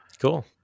Cool